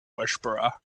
whisperer